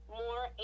more